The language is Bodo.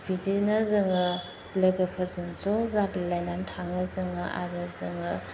बिदिनो जोङो लोगोफोरजों ज' जालायनानै थाङो जोङो आरो जोङो